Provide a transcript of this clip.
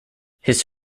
his